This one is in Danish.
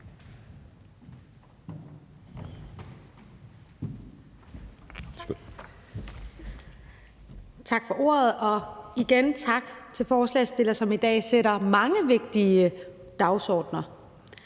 Tak for ordet. Og igen vil jeg sige tak til forslagsstillerne, som i dag sætter mange vigtige dagsordener.